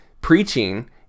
preaching